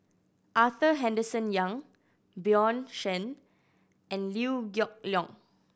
Arthur Henderson Young Bjorn Shen and Liew Geok Leong